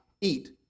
eat